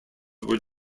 were